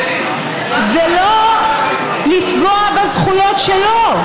ולא לפגוע בזכויות שלו,